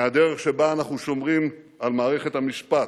בדרך שבה אנחנו שומרים על מערכת המשפט,